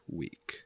week